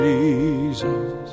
Jesus